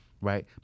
right